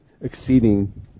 exceeding